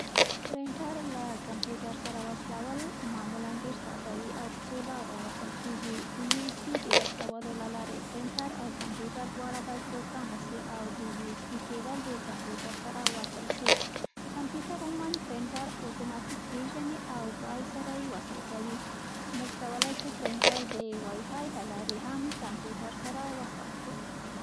پرنټر له کمپیوټر سره وصل کول معمولاً ډېر ساده وي او په څو لارو وصل کېږي. د یو ایس بي د وصلولو له لارې، پرنټر او کمپیوټر دواره باید روښانه سي او د یو ایس بي کیبل د کمپیوټر سره وصل سي. کمپیوټر عموماً پرنټر اوتوماتیک پېژني او ډرایو سره یې وصل کوي. موږ کولای شو پرنټر د وای فای له لارې هم له کمپیوتر سره وصل کړو.